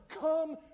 Come